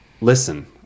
Listen